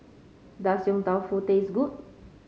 does Yong Tau Foo taste good